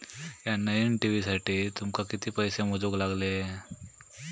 या नईन टी.व्ही साठी तुमका किती पैसे मोजूक लागले?